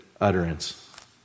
utterance